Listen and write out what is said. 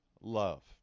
love